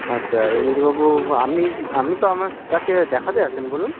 আচ্ছা রঞ্জিতবাবু আপনি আপনি তো আমার কাছে দেখাতে আসেন বলুন